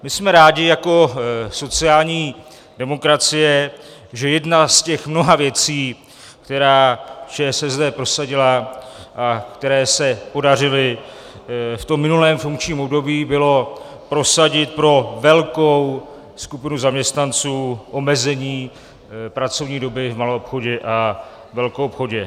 My jsme rádi jako sociální demokracie, že jedna z těch mnoha věcí, které ČSSD prosadila a které se podařily v tom minulém funkčním období, bylo prosadit pro velkou skupinu zaměstnanců omezení pracovní doby v maloobchodě a velkoobchodě.